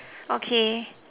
okay